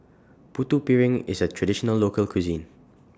Putu Piring IS A Traditional Local Cuisine